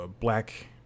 black